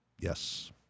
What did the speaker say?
Yes